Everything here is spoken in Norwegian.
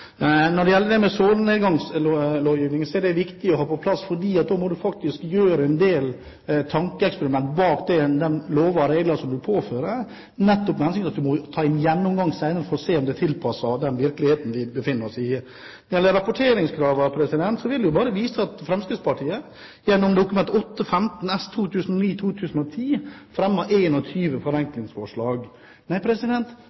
Når det gjelder det med solnedgangslovgivning, er det viktig å ha det på plass, for da må du faktisk gjøre en del tankeeksperiment bak de lover og regler som påføres, nettopp med den hensikt at du må ta en gjennomgang senere for å se om de er tilpasset den virkeligheten vi befinner oss i. Når det gjelder rapporteringskravene, vil jeg bare vise til at Fremskrittspartiet gjennom Dokument 8:15 S